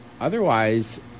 Otherwise